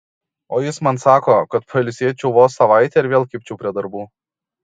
o jis man sako kad pailsėčiau vos savaitę ir vėl kibčiau prie darbų